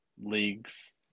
leagues